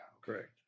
correct